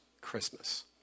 Christmas